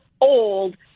old